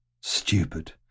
Stupid